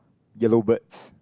yellow birds